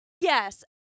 Yes